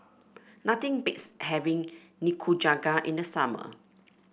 nothing beats having Nikujaga in the summer